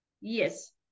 Yes